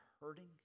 hurting